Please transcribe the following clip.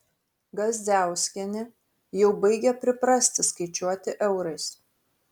gazdziauskienė jau baigia priprasti skaičiuoti eurais